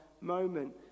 moment